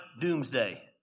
doomsday